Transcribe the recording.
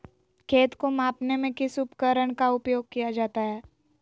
खेत को मापने में किस उपकरण का उपयोग किया जाता है?